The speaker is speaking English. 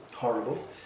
Horrible